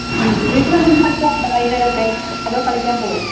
ഉം വീട്ടിൽ വന്നിരുന്ന് പഠിക്കാറുണ്ടോ വൈകുന്നേരം ഒക്കെ അതോ കളിക്കാൻ പോവുമോ